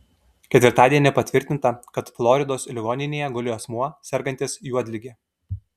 ketvirtadienį patvirtinta kad floridos ligoninėje guli asmuo sergantis juodlige